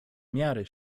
miary